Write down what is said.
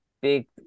big